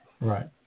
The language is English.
right